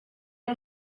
and